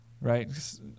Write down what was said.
Right